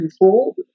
controlled